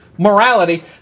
Morality